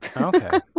okay